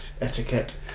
etiquette